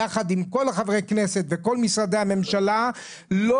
יחד עם כל חברי הכנסת וכל משרדי הממשלה לא